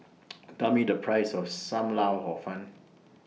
Tell Me The Price of SAM Lau Hor Fun